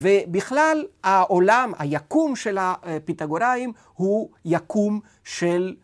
ובכלל העולם, היקום של הפיתגוראים, הוא יקום של